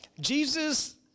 Jesus